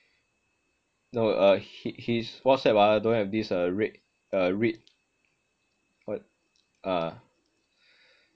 no uh hi~ his whatsapp don't have this uh read read ah